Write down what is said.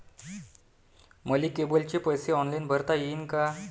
मले केबलचे पैसे ऑनलाईन भरता येईन का?